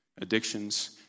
addictions